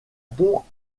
pont